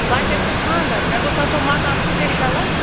بَچَس چھُ خانٛدر مےٚ گوٚژھ آسُن مکان سُپیشَل حظ